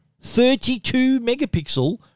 32-megapixel